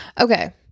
okay